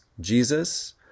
Jesus